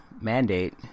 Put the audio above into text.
mandate